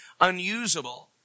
unusable